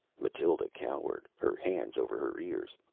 mathild cowered, her hands over her ears.